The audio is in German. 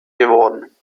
geworden